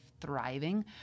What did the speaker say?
thriving